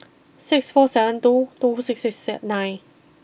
six four seven two two six six six nine